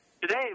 today